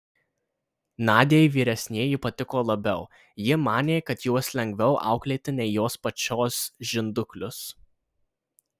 nadiai vyresnieji patiko labiau ji manė kad juos lengviau auklėti nei jos pačios žinduklius